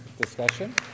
discussion